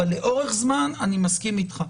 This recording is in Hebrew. אבל לאורך זמן אני מסכים איתך.